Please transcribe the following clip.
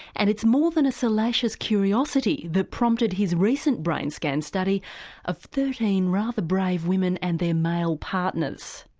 and it's more than a salacious curiosity that prompted his recent brain scan study of thirteen rather brave women and their male partners.